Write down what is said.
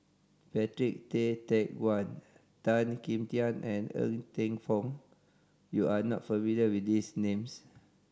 Patrick Tay Teck Guan Tan Kim Tian and Ng Teng Fong you are not familiar with these names